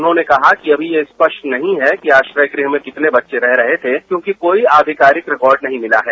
उन्होंने कहा कि अभी यह स्पष्ट नहीं है कि आश्रम गृह में कितने बच्चे रह रहे थे क्योंकि कोई आधिकारिक रिकॉर्ड नहीं मिला है